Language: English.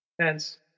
Hence